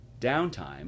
downtime